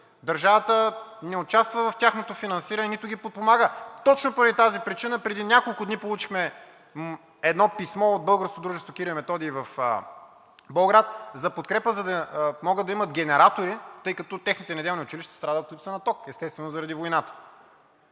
държавата не участва в тяхното финансиране, нито ги подпомага! Точно поради тази причина преди няколко дни получихме едно писмо от Българско дружество „Кирил и Методий“ в Болград за подкрепа, за да могат да имат генератори, тъй като техните неделни училища страдат от липса на ток, естествено, заради войната.